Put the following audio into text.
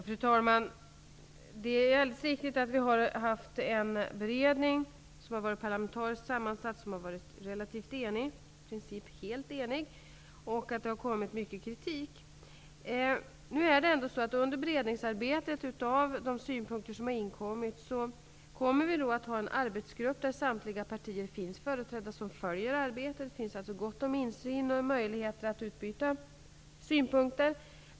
Fru talman! Det är alldeles riktigt att vi har haft en beredning som har varit parlamentarisk sammansatt och som har varit relativt enig, i princip helt enig, och att det har kommit mycket kritik. Under arbetet med beredningen av de synpunkter som har inkommit kommer vi att ha en arbetsgrupp, där samtliga partier är företrädda, som följer arbetet. Det kommer att finnas gott om insyn och möjligheter att utbyta synpunkter.